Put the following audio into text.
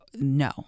no